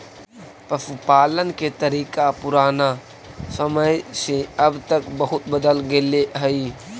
पशुपालन के तरीका पुराना समय से अब तक बहुत बदल गेले हइ